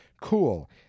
Cool